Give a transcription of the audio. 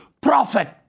profit